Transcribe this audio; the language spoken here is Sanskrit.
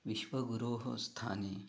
विश्वगुरोः स्थाने